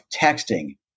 texting